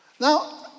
Now